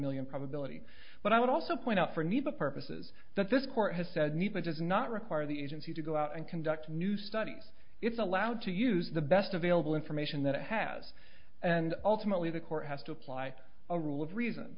million probability but i would also point out for need for purposes that this court has said neither does not require the agency to go out and conduct new studies it's allowed to use the best available information that it has and ultimately the court has to apply a rule of reason